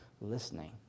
listening